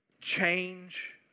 change